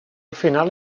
final